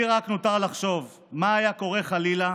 לי רק נותר לחשוב מה היה קורה חלילה